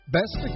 Best